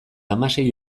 hamasei